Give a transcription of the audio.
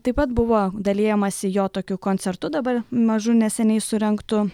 taip pat buvo dalijamasi jo tokiu koncertu dabar mažu neseniai surengtu